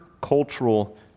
cultural